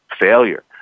failure